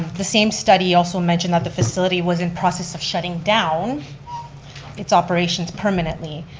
the same study also mentioned that the facility was in process of shutting down its operations permanently.